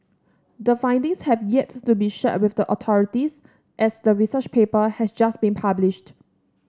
the findings have yet to be shared with the authorities as the research paper has just been published